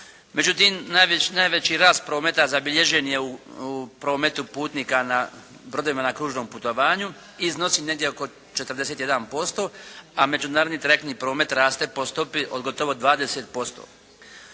Međutim, najveći rast prometa zabilježen je u prometu putnika na brodovima na kružnom putovanju i iznosi negdje oko 41%, a međunarodni trajektni promet raste po stopi od gotovo 20%.